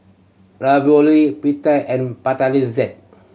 Ravioli Pita and